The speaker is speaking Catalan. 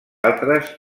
altres